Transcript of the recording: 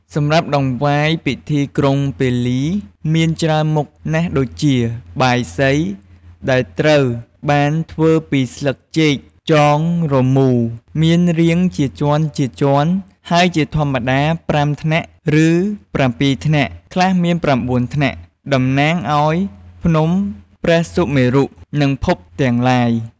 សម្រាប់តង្វាយពិធីក្រុងពាលីមានច្រើនមុខណាស់ដូចជា បាយសី ដែលត្រូវបានធ្វើពីស្លឹកចេកចងរមូរ មានរាងជាជាន់ៗ ហើយជាធម្មតា ៥ ថ្នាក់ ឬ ៧ ថ្នាក់ ខ្លះមាន ៩ ថ្នាក់ តំណាងឲ្យភ្នំព្រះសុមេរុ និងភពទាំងឡាយ។